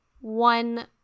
one